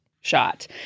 shot